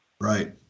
Right